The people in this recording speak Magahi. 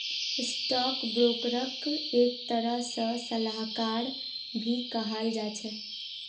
स्टाक ब्रोकरक एक तरह से सलाहकार भी कहाल जा छे